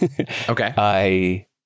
Okay